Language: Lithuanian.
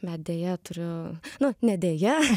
bet deja turiu nu ne deja